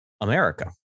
America